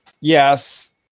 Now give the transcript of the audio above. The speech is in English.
Yes